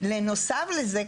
בנוסף לזה,